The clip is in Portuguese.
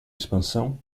expansão